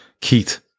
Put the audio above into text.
Keith